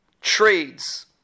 trades